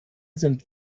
sind